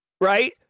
right